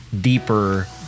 deeper